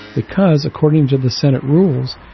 because according to the senate rules,